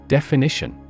Definition